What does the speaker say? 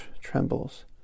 trembles